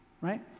right